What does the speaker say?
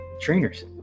Trainers